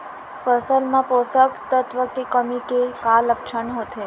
फसल मा पोसक तत्व के कमी के का लक्षण होथे?